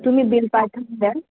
तुम्ही बिल पाठवून द्याल